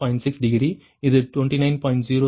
6 degree இது 29